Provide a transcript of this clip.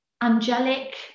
angelic